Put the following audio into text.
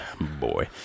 Boy